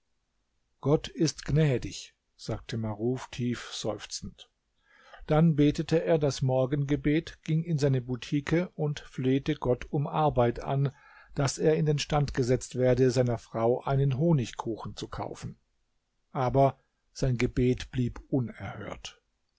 gott ist gnädig sagte maruf tief seufzend dann betete er das morgengebet ging in seine butike und flehte gott um arbeit an daß er in den stand gesetzt werde seiner frau einen honigkuchen zu kaufen aber sein gebet blieb unerhört